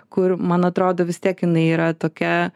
kur man atrodo vis tiek jinai yra tokia